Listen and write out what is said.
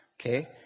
Okay